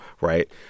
Right